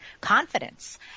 confidence